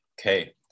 Okay